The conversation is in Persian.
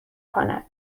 کند